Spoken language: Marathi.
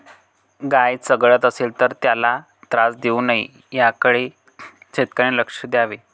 गाय चघळत असेल तर त्याला त्रास देऊ नये याकडे शेतकऱ्यांनी लक्ष द्यावे